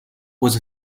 was